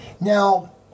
Now